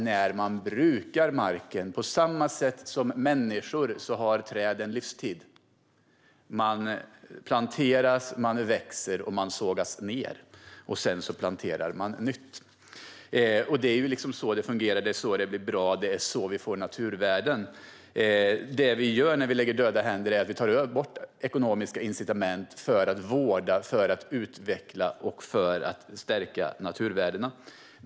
Liksom människor har träd en livstid. De planteras, de växer och de sågas ned. Sedan planteras nytt. Det är så det fungerar. Det är så det blir bra, och det är så vi får naturvärden. Det vi gör när vi lägger en död hand över detta är att vi tar bort ekonomiska incitament för att vårda, utveckla och stärka naturvärdena.